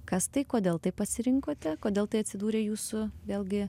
kas tai kodėl taip pasirinkote kodėl tai atsidūrė jūsų vėlgi